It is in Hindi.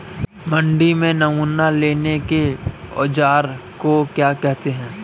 मंडी में नमूना लेने के औज़ार को क्या कहते हैं?